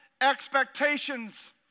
expectations